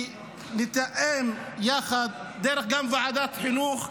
שנתאם יחד גם דרך ועדת החינוך,